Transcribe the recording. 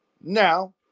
now